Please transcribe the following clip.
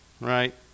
Right